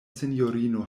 sinjorino